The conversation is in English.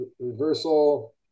reversal